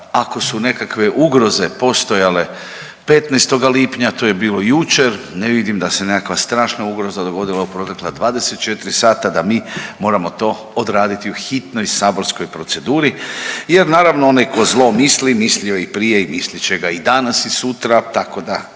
ako su nekakve ugroze postojale 15. lipnja to je bilo jučer, ne vidim da se nekakva strašna ugroza dogodila u protekla 24 sata da mi moramo to odraditi u hitnoj saborskoj proceduri jer naravno onaj tko zlo misli mislio je i prije i mislit će ga i danas i sutra tako da